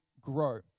grow